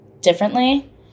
differently